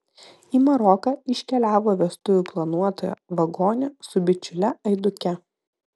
į maroką iškeliavo vestuvių planuotoja vagonė su bičiule aiduke